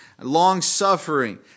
long-suffering